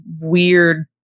weird